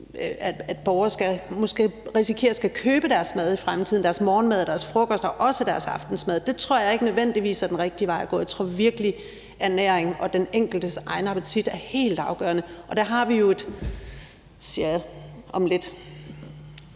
at borgere risikerer at skulle købe deres mad i fremtiden – deres morgenmad, deres frokost og også deres aftensmad. Det tror jeg ikke nødvendigvis er den rigtige vej at gå. Jeg tror virkelig, ernæring og den enkeltes egen appetit er helt afgørende, og der har vi jo noget, som jeg